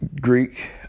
Greek